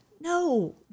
no